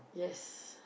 yes